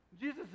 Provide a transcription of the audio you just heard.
Jesus